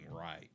right